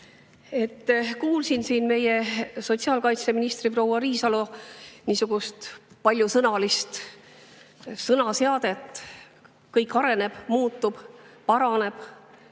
Kuulasin siin meie sotsiaalkaitseministri, proua Riisalo niisugust paljusõnalist sõnaseadet, kuidas kõik areneb, muutub, paraneb,